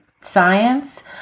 science